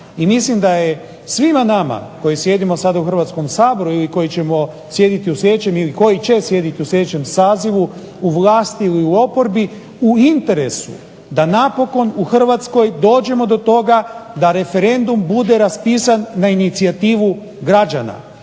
i mislim da je svima nama koji sjedimo sada u Hrvatskom saboru ili koji ćemo sjediti u sljedećem ili koji će sjediti u sljedećem sazivu u vlasti ili u oporbi, u interesu da napokon u Hrvatskoj dođemo do toga da referendum bude raspisan na inicijativu građana